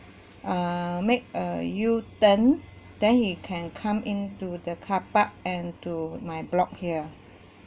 err make a U turn then he can come in to the car park and to my block here